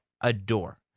adore